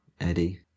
Eddie